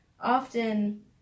often